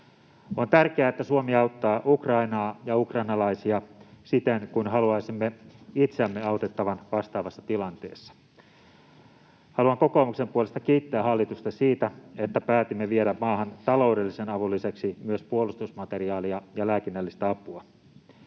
On tärkeää, että Suomi auttaa Ukrainaa ja ukrainalaisia siten kuin haluaisimme itseämme autettavan vastaavassa tilanteessa. Haluan kokoomuksen puolesta kiittää hallitusta siitä, että päätimme viedä maahan taloudellisen avun lisäksi myös puolustusmateriaalia ja lääkinnällistä apua.